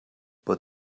but